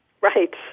Right